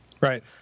Right